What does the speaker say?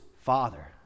Father